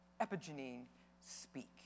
epigenine-speak